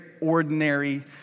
ordinary